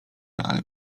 ale